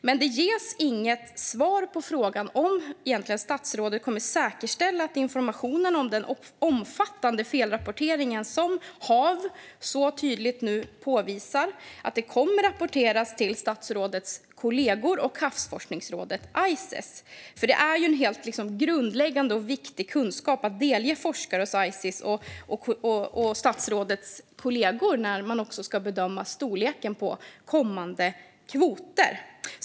Inget svar ges dock på frågan om statsrådet kommer att säkerställa att informationen om den omfattande felrapportering som HaV tydligt påvisar kommer att rapporteras till statsrådets kollegor och havsforskningsrådet ICES. Detta är en helt grundläggande och viktig kunskap att delge forskare hos ICES och statsrådets kollegor inför bedömningen av kommande kvoter.